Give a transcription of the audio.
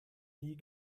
nie